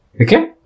Okay